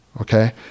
okay